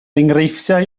enghreifftiau